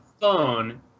phone